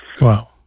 Wow